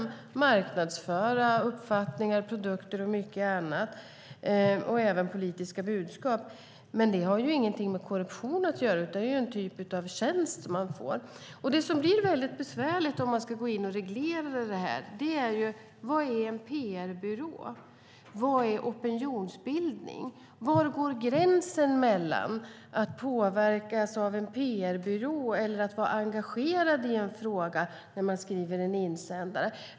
De ska marknadsföra uppfattningar, produkter och mycket annat, även politiska budskap. Men det har ju ingenting med korruption att göra. Det är en typ av tjänst man får. Det som blir väldigt besvärligt om man ska gå in och reglera detta är: Vad är en PR-byrå? Vad är opinionsbildning? Var går gränsen mellan att påverkas av en PR-byrå och att vara engagerad i en fråga när man skriver en insändare?